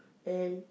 and